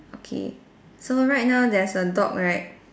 okay so right now there's a dog right